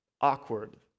Awkward